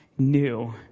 new